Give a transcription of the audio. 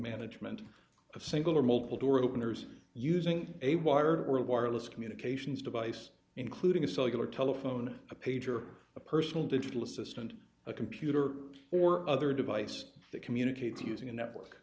management of single or multiple door openers using a wire or a wireless communications device including a cellular telephone a pager a personal digital assistant a computer or other device that communicates using a network